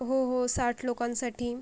हो हो साठ लोकांसाठी